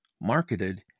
marketed